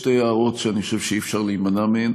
שתי הערות שאני חושב שאי-אפשר להימנע מהן,